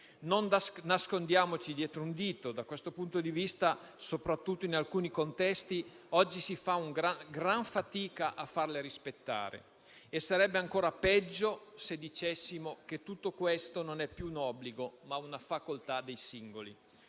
Non nascondiamoci dietro ad un dito: da questo punto di vista, soprattutto in alcuni contesti, oggi si fa una gran fatica a farle rispettare e sarebbe ancor peggio se dicessimo che tutto questo non è più un obbligo, ma una facoltà dei singoli.